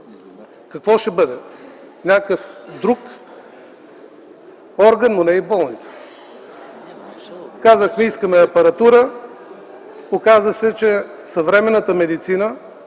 Какво ще бъде? Някакъв друг орган, но не и болница. Казахме: искаме апаратура. Оказа се, че съвременната медицина